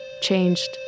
changed